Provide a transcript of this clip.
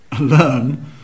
learn